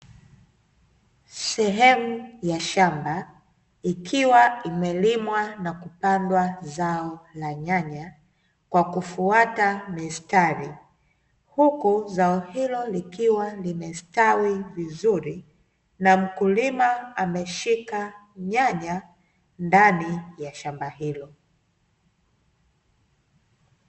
Sehemu ya shamba, ikiwa imelimwa na kupandwa zao la nyanya, kwa kufuata mistari. Huku zao hilo likiwa limestawi vizuri, na mkulima ameshika nyanya ndani ya shamba hilo.